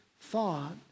thought